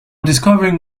discovering